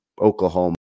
Oklahoma